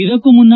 ಇದಕ್ಕೂ ಮುನ್ನ